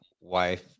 wife